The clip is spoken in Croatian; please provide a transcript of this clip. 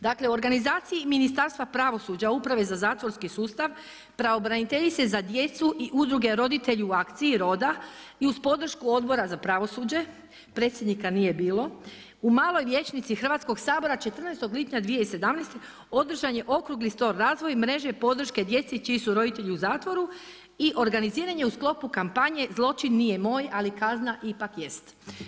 Dakle, organizaciji Ministarstva pravosuđa, uprave za zatvorski sustav, pravobraniteljice za djecu i udruge Roditelji u akciji, RODA i uz podršku odbora za pravosuđe, predsjednika nije bilo, u maloj vijećnici Hrvatskog sabora 14. lipnja 2017. održan je okrugli stol razvoj, mreže i podrške djeci čiji su roditelji u zatvoru i organiziranje u sklopu kampanje, zločin nije moj, ali kazna ipak jest.